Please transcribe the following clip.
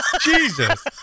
Jesus